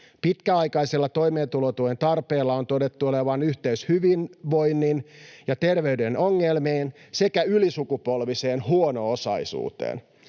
Pitkäaikaisella toimeentulotuen tarpeella on todettu olevan yhteys hyvinvoinnin ja terveyden ongelmiin sekä ylisukupolviseen huono-osaisuuteen.